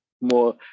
more